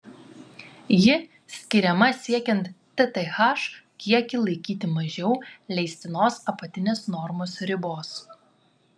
ji skiriama siekiant tth kiekį laikyti mažiau leistinos apatinės normos ribos